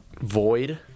Void